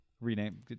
rename